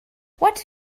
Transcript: what